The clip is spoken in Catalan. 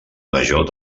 major